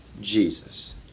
Jesus